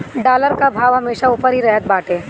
dollar कअ भाव हमेशा उपर ही रहत बाटे